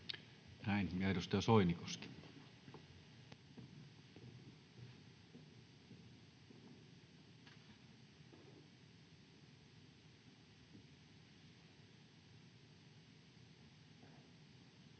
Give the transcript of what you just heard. Näin. — Ja edustaja Soinikoski.